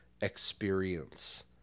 experience